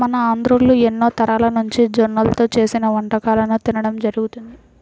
మన ఆంధ్రోల్లు ఎన్నో తరాలనుంచి జొన్నల్తో చేసిన వంటకాలను తినడం జరుగతంది